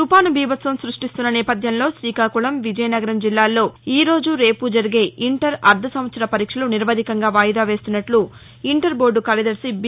తుపాను బీబత్సం స్భష్టిస్తున్న నేపద్యంలో శ్రీకాకుళం విజయనగరం జిల్లాలలో ఈరోజు రేపు జరిగే ఇంటర్ అర్దసంవత్సర పరీక్షలు నిరవధికంగా వాయిదా వేస్తున్నట్లు ఇంటర్బోర్దు కార్యదర్శి బి